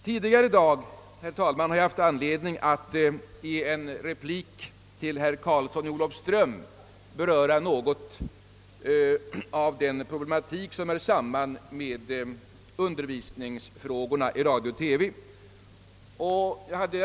Tidigare i dag hade jag, herr talman, anledning att i en replik till herr Karlsson i Olofström beröra en del av den problematik som hör samman med undervisningen i radio och TV.